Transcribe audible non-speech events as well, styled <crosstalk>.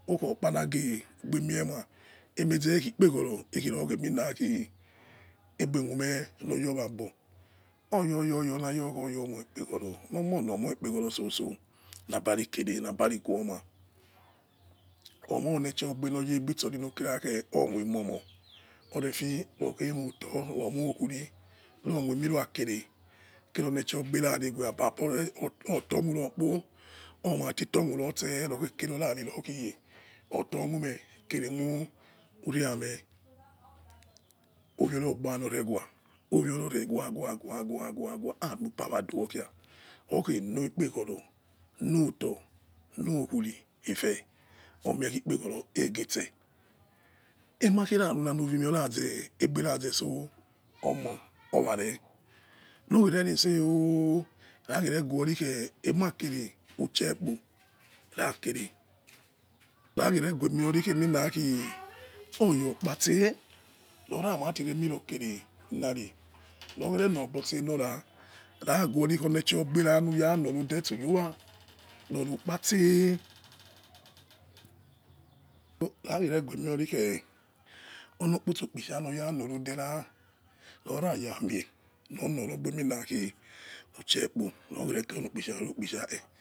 Okhai orkpa labeni ema ikhi ekpoghoro likhi egbe khueme loyo waagbo oyoyo la oyo omiekpeghoro oloyana oimekpeghoro soso abaiye ghuoma onoi lesho agbe lokhe be sori eimie omo olefe yono to yomo ukhumi yomo moi mie wan kere abo ro she yoge kere ora yoghigiye otokhime kere mure aimie oyoro ne gba re ore ghua oyoro re ghua ghua ghin ove kha oze lo kpeghoro goto yo khuwioi omie ekpeghoro aige itse a makha gaira runa levbe khoza so lo omo oware lugese te o lere gweoi khe ushe okpo na kere naghe regwori oyokpa seh lokho mapi remo kere laoi. Loghe lodori ora nareghi ri oleshe gbe ra rura mie ro ode sukha yowa rorokpa seh <hesitation> na ghe re quick khe olo okpisha lom loro ode ra roro kpa tte lomo lushe okpo